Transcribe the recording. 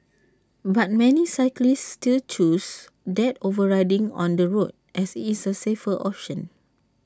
but many cyclists still choose that over riding on the road as IT is the safer option